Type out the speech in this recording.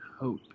hope